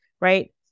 right